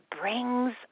brings